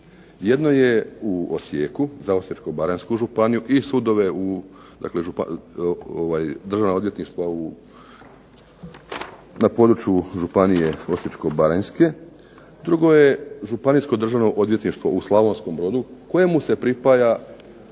Jedno je u Osijeku za Osječko-baranjsku županiju i sudove u, dakle državna odvjetništva na području Županije osječko-baranjske. Drugo je Županijsko državno odvjetništvo u Slavonskom Brodu kojemu se pripaja